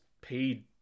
paid